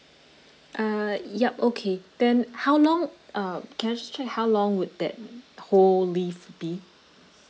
uh yup okay then how long um can I just check how long would that whole leave be